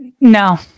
No